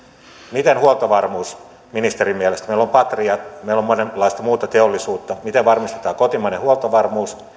miten ministerin mielestä meillä on patria meillä on monenlaista muuta teollisuutta varmistetaan kotimainen huoltovarmuus